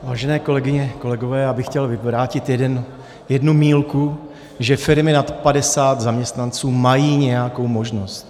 Vážené kolegyně, kolegové, já bych chtěl vyvrátit jednu mýlku, že firmy nad 50 zaměstnanců mají nějakou možnost.